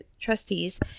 Trustees